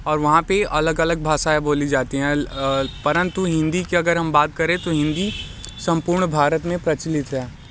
और वहाँ पे अलग अलग भाषाएं बोली जाती हैं परंतु हिंदी की अगर हम बात करें तो हिंदी संपूर्ण भारत में प्रचलित है